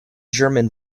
german